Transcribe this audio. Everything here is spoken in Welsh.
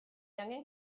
angen